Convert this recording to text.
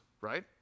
right